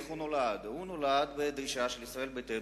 איך הוא נולד: הוא נולד בדרישה של ישראל ביתנו